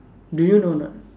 do you know or not